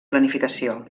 planificació